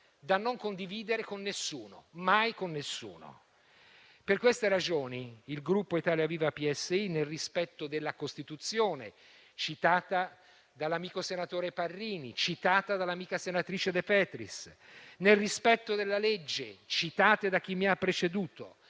da non condividere mai con nessuno. Per queste ragioni il Gruppo Italia Viva-PSI, nel rispetto della Costituzione, citata dall'amico senatore Parrini e dall'amica senatrice De Petris; nel rispetto della legge, citata da chi mi ha preceduto,